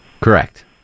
Correct